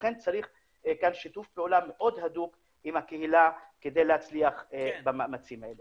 לכן צריך כאן שיתוף פעולה מאוד הדוק עם הקהילה כדי להצליח במאמצים האלה.